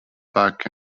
back